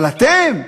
אבל אתם?